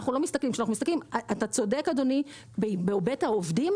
אתה צודק אדוני בהיבט העובדים,